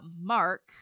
Mark